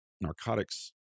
narcotics